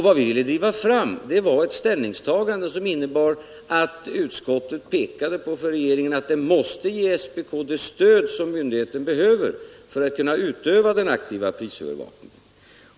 Vad vi ville driva fram var ett ställningstagande som innebar att utskottet påpekade för regeringen att den måste ge SPK det stöd som myndigheten behöver för att kunna utöva den aktiva prisövervakningen.